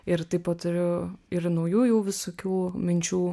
ir taip pat turiu ir naujų jau visokių minčių